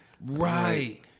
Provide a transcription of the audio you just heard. Right